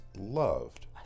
loved